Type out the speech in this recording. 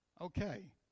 Okay